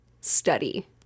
study